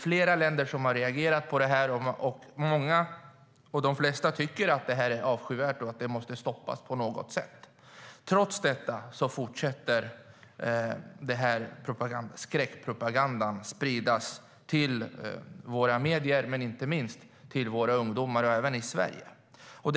Flera länder har reagerat på det, och de flesta tycker att det är avskyvärt och måste stoppas på något sätt. Trots det fortsätter skräckpropagandan att spridas via våra medier, inte minst till våra ungdomar. Det sker alltså även i Sverige.